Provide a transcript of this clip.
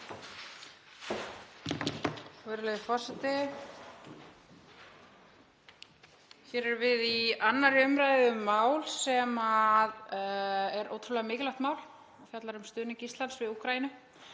Virðulegur forseti. Hér erum við í 2. umræðu um mál sem er ótrúlega mikilvægt mál og fjallar um stuðning Íslands við Úkraínu